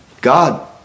God